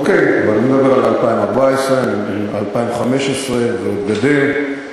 אוקיי, אבל אני מדבר על 2014. ב-2015 זה עוד גדל.